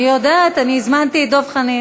בסדר, אני יודעת, אני הזמנתי את דב חנין.